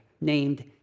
named